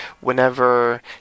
whenever